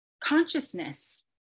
consciousness